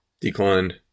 Declined